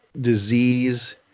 disease